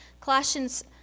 colossians